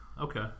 Okay